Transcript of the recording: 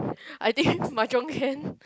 I think mahjong can